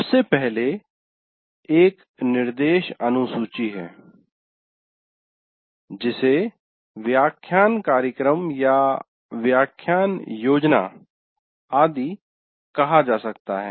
सबसे पहले एक निर्देश अनुसूची है जिसे व्याख्यान कार्यक्रम या व्याख्यान योजना आदि कहा जा सकता है